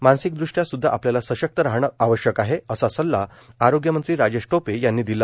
मानसिकदृष्ट्या सुद्धा आपल्याला सशक्त रहावे लागेल असा सल्ला आरोग्यमंत्री राजेश टोपे यांनी दिला